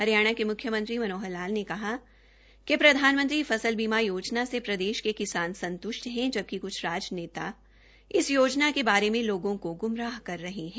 हरियाणा के म्ख्यमंत्री मनोहर लाल ने कहा है कि प्रधानमंत्री फस्ल बीमा योजना से प्रदेश के किसान संतुष्ट है जबकि राजनेता इस योजना के बारे में लोगों को ग्मराह कर रहे है